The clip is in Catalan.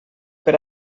per